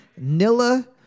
Nilla